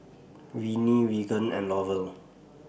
Renee Regan and Laurel